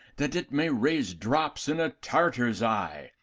that it may raise drops in a tartar's eye,